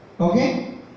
okay